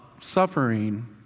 suffering